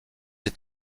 est